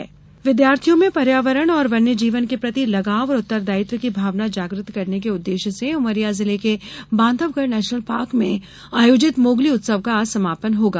Mowgli उत्सव विद्यार्थियों में पर्यावरण और वन्य जीवन के प्रति लगाव और उत्तरदायित्व की भावना जागृत करने के उद्देश्य से उमरिया जिले के बांधवगढ़ नेशनल पार्क में आयोजित मोगली उत्सव का आज समापन होगा